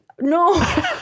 No